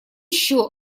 еще